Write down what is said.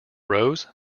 rose